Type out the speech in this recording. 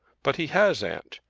but he has, aunt.